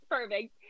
Perfect